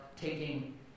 taking